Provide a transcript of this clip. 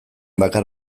bakar